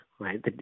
right